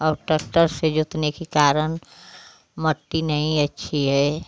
अब टकटर से जोतने के कारण मट्टी नहीं अच्छी हैं